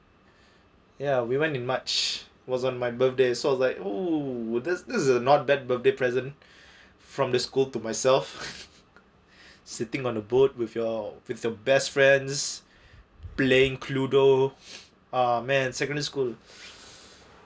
ya we went in March it was on my birthday so I was like oh this this is not bad birthday present from the school to myself sitting on a boat with your with your best friends playing cluedo ah man secondary school